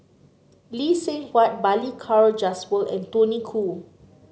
Lee Seng Huat Balli Kaur Jaswal and Tony Khoo